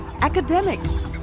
academics